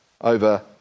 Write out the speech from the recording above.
over